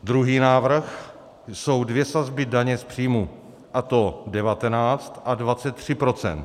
Druhý návrh jsou dvě sazby daně z příjmů, a to 19 a 23 %.